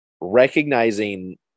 recognizing